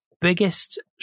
biggest